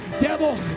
Devil